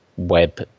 web